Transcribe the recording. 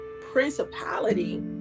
principality